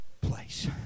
place